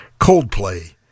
Coldplay